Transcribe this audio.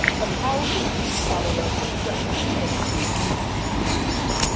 of how to parallel process across a new internet